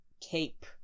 cape